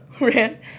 ran